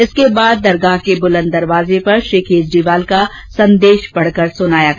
इसके बाद दरगाह के बुलंद दरवाजे पर श्री केजरीवाल का संदेश पढ़कर सुनाया गया